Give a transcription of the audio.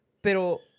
Pero